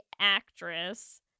actress